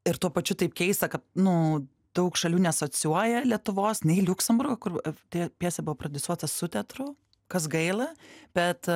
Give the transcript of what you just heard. ir tuo pačiu taip keista kad nu daug šalių neasocijuoja lietuvos nei liuksemburgo kur ta pjesė buvo prodiusuota su teatru kas gaila bet